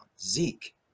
Zeke